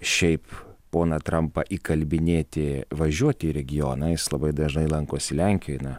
šiaip poną trampą įkalbinėti važiuoti į regioną jis labai dažnai lankosi lenkijoj na